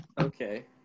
Okay